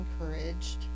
encouraged